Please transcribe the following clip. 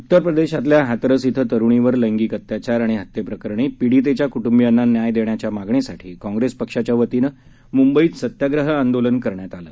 उत्तर प्रदेशातल्या हाथरस इथं तरूणीवर लैंगिक अत्याचार आणि हत्येप्रकरणी पीडितेच्या कुटुंबियांना न्याय देण्याच्या मागणीसाठी काँप्रेस पक्षाच्या वतीनं मुंबईत सत्याप्रह आंदोलन करण्यात आलं